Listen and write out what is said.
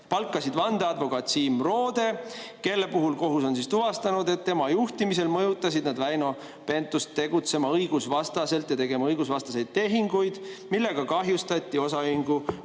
palkasid vandeadvokaat Siim Roode, kelle puhul kohus on tuvastanud, et tema juhtimisel mõjutasid nad Väino Pentust tegutsema õigusvastaselt ja tegema õigusvastaseid tehinguid, millega kahjustati osaühingu